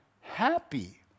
happy